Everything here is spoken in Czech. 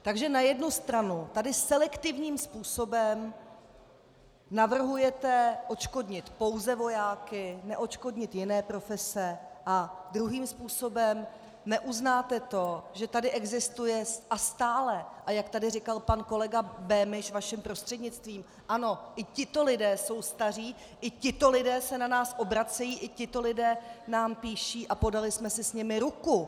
Takže na jednu stranu tady selektivním způsobem navrhujete odškodnit pouze vojáky, neodškodnit jiné profese, a druhým způsobem neuznáte to, že tady existuje a stále, jak tady říkal pan kolega Böhnisch, vaším prostřednictvím ano, i tito lidé jsou staří, i tito lidé se na nás obracejí, i tito lidé nám píší a podali jsme si s nimi ruku.